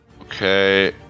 Okay